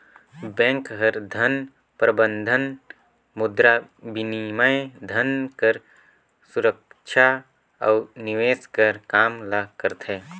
bank हर धन प्रबंधन, मुद्राबिनिमय, धन कर सुरक्छा अउ निवेस कर काम ल करथे